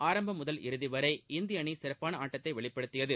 ஆரம்பம் முதல் இறுதிவரை இந்திய அணி சிறப்பான ஆட்டத்தை வெளிப்படுத்தியது